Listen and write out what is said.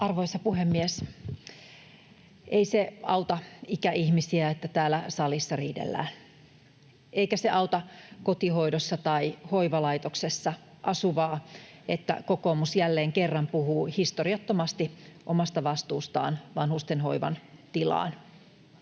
Arvoisa puhemies! Ei se auta ikäihmisiä, että täällä salissa riidellään. Eikä se auta kotihoidossa tai hoivalaitoksessa asuvaa, että kokoomus jälleen kerran puhuu historiattomasti omasta vastuustaan vanhustenhoivan tilasta.